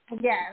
Yes